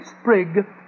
sprig